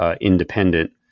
independent